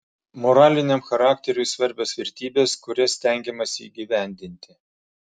moraliniam charakteriui svarbios vertybės kurias stengiamasi įgyvendinti